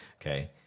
Okay